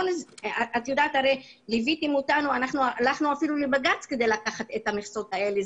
אתם מתחילים לשים לב למצוקה שהתעצמה אחרי הקורונה